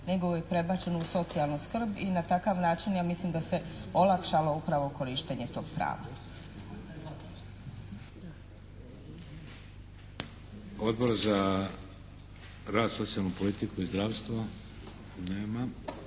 nego je prebačeno u socijalnu skrb i na takav način ja mislim da se olakšalo upravo korištenje tog prava. **Šeks, Vladimir (HDZ)** Odbor za rad, socijalnu politiku i zdravstvo? Nema.